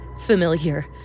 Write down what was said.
familiar